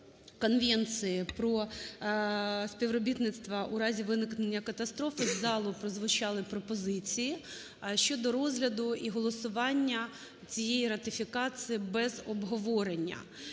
Конвенції про співробітництво у разі виникнення катастрофи з залу прозвучали пропозиції щодо розгляду і голосування цієї ратифікації без обговорення.